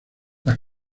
las